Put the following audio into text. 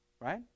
Right